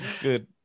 Good